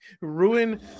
Ruin